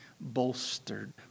bolstered